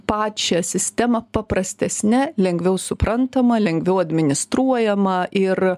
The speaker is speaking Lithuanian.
pačią sistemą paprastesne lengviau suprantama lengviau administruojama ir